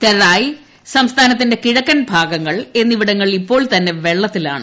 തെരായ് സംസ്ഥാനത്തിന്റെ കിഴക്കൻ ഭാഗങ്ങൾ എന്നിവിടങ്ങൾ ഇപ്പോൾ തന്നെ വെള്ളത്തിലാണ്